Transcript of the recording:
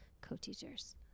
co-teachers